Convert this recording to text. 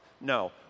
No